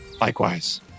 Likewise